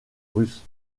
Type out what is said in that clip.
russes